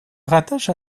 rattache